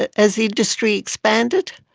ah as industry expanded,